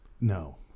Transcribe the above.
No